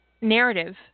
narrative